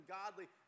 godly